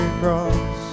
cross